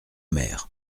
mer